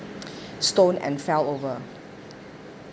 stone and fell over